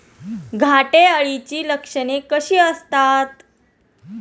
घाटे अळीची लक्षणे कशी असतात?